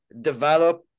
develop